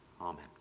Amen